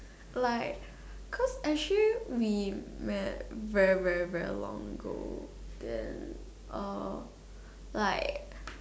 like cause actually we met very very very long ago then like